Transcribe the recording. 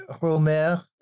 Romer